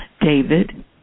David